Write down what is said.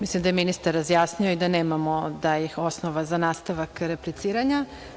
Mislim da je ministar razjasnio i da nema osnova za nastavak repliciranja.